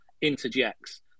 interjects